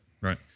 right